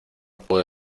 puedo